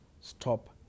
stop